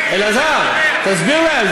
אלעזר, תסביר להם.